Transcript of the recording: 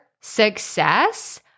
success